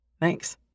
Thanks